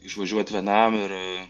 išvažiuot vienam ir